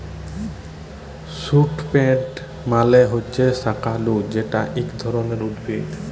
sweet potato মালে হছে শাঁকালু যেট ইক ধরলের উদ্ভিদ